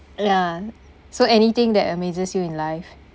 ya so anything that amazes you in life